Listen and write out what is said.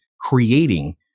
creating